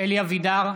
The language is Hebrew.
אלי אבידר,